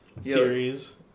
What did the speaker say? series